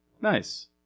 Nice